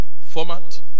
format